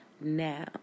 Now